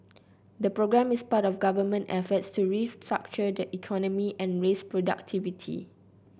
the programme is part of government efforts to restructure the economy and raise productivity